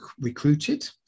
recruited